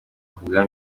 kubwa